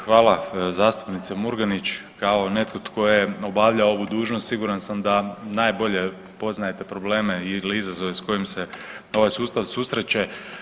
Hvala zastupnice Murganić, kao netko tko je obavljao ovu dužnost siguran sam da najbolje poznajete probleme ili izazove s kojim se ovaj sustav susreće.